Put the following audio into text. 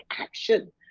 action